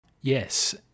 Yes